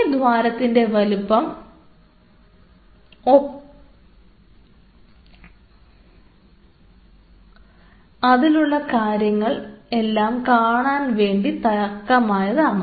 ഈ ദ്വാരത്തിൻറെ വലുപ്പം അതിലുള്ള കാര്യങ്ങൾ എല്ലാം കാണാൻ വേണ്ടി തക്കമായതാണ്